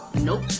Nope